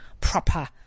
proper